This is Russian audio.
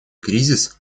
кризис